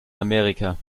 amerika